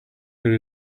where